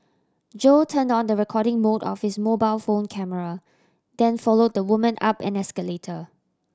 Jo turned on the recording mode of his mobile phone camera then followed the woman up an escalator